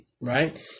Right